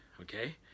okay